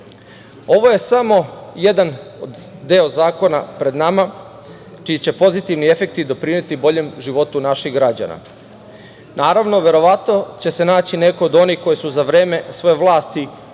je samo jedan deo od zakona pred nama čiji će pozitivni efekti doprineti boljem životu naših građana. Naravno, verovatno će se naći neko od onih koji su za vreme svoje vlasti